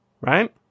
Right